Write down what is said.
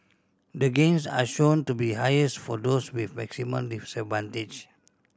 the gains are shown to be highest for those with maximum disadvantage